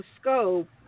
scope